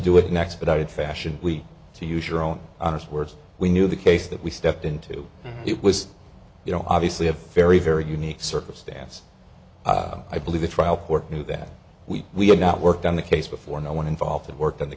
do it next but i did fashion week to use your own honest words we knew the case that we stepped into it was you know obviously a very very unique circumstance i believe the trial court knew that we we had not worked on the case before no one involved worked on the